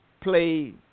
play